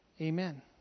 Amen